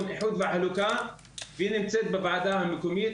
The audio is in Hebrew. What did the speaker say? איחוד וחלוקה והיא נמצאת בוועדה המקומית.